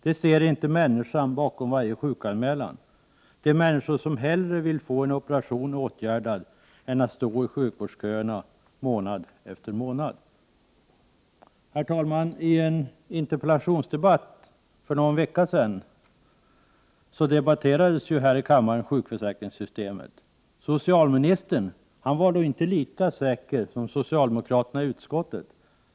De ser inte människan bakom varje sjukanmälan — de människor som hellre vill få en operation än stå i sjukvårdsköerna månad efter månad. Herr talman! I en interpellationsdebatt för någon vecka sedan debatterades här i kammaren sjukförsäkringssystemet. Socialministern var då inte lika säker som socialdemokraterna i utskottet.